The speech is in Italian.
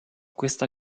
questa